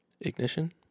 Ignition